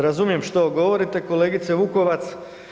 Razumijem što govorite kolegice Vukovac.